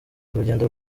urugendo